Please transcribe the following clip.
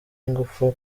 ingufu